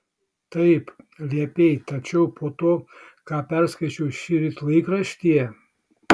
taip liepei tačiau po to ką perskaičiau šįryt laikraštyje